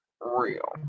real